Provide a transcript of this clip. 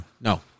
No